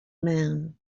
man